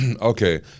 Okay